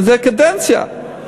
וזה קדנציה,